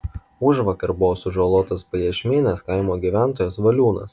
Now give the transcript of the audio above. užvakar buvo sužalotas pajiešmenės kaimo gyventojas valiūnas